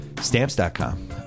Stamps.com